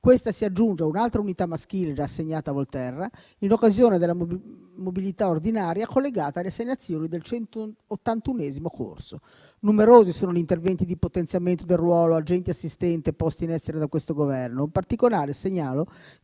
Questa si aggiunge a un'altra unità maschile già assegnata a Volterra in occasione della mobilità ordinaria collegata alle assegnazioni del 181° corso. Numerosi sono gli interventi di potenziamento del ruolo agenti assistenti posti in essere da questo Governo. In particolare, segnalo